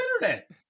internet